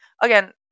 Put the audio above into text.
Again